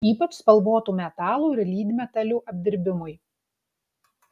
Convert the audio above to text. ypač spalvotų metalų ir lydmetalių apdirbimui